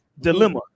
Dilemma